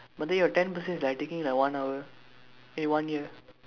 but then your ten percent is like taking like a hour eh one year